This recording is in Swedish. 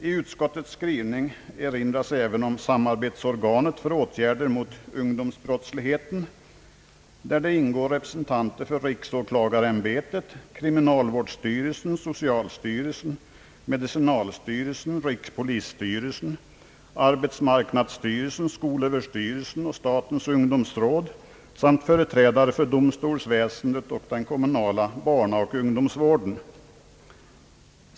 I utskottets skrivning erinras även om Samarbetsorganet för åtgärder mot ungdomsbrottsligheten, där det ingår representanter för riksåklagarämbetet, kriminalvårdsstyrelsen, socialstyrelsen, medicinalstyrelsen, rikspolisstyrelsen, arbetsmarknadsstyrelsen, skolöverstyrelsen och statens ungdomsråd samt företrädare för domstolsväsendet och den kommunala barnaoch ungdomsvården.